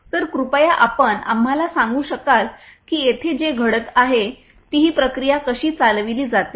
तर कृपया आपण आम्हाला सांगू शकाल की येथे जे घडते आहे ती ही प्रक्रिया कशी चालविली जाते